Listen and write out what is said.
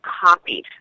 copied